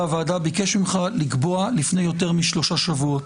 הוועדה ביקש ממך לקבוע לפני יותר משלושה שבועות.